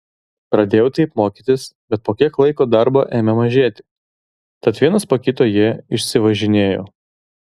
pradėjau taip mokytis bet po kiek laiko darbo ėmė mažėti tad vienas po kito jie išsivažinėjo